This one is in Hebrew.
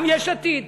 גם יש עתיד,